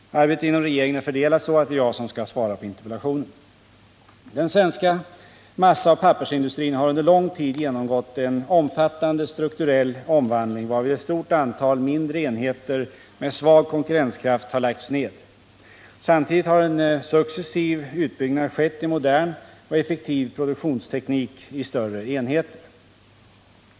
Arbetet inom regeringen är fördelat så att det är jag som skall svara på interpellationen. Den svenska massaoch pappersindustrin har under lång tid genomgått en omfattande strukturell omvandling, varvid ett stort antal mindre enheter med svag konkurrenskraft har lagts ned. Samtidigt har en successiv utbyggnad skett i modern och effektiv produktionsteknik i större enheter.